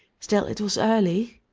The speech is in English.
still it was early.